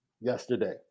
Yesterday